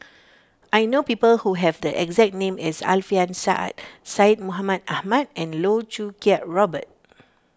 I know people who have the exact name as Alfian Sa'At Syed Mohamed Ahmed and Loh Choo Kiat Robert